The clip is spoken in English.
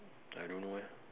I don't know eh